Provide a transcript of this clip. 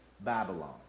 Babylon